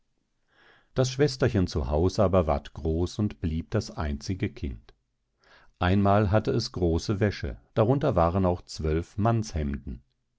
das schwesterchen zu haus aber ward groß und blieb das einzige kind einmal hatte es große wäsche darunter waren auch zwölf